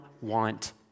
want